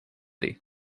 city